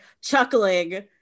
chuckling